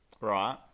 Right